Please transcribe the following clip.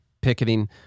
picketing